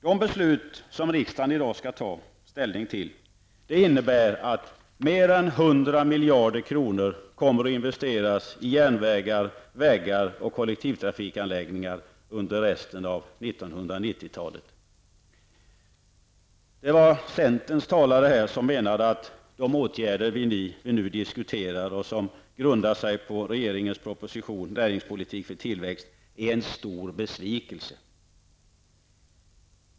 De beslut som riksdagen i dag skall ta ställning till innebär att mer än 100 miljarder kronor kommer att investeras i järnvägar, vägar och kollektivtrafikanläggningar under resten av 1990 Centerns talesman menade här att de åtgärder som vi nu diskuterar och som grundar sig på regeringens proposition ''Näringspolitik för tillväxt'' är en stor besvikelse.